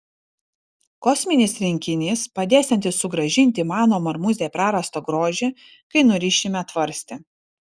kosminis rinkinys padėsiantis sugrąžinti mano marmūzei prarastą grožį kai nurišime tvarstį